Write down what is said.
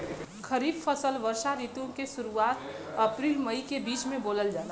खरीफ फसल वषोॅ ऋतु के शुरुआत, अपृल मई के बीच में बोवल जाला